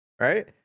right